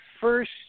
first